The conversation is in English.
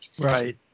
Right